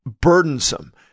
burdensome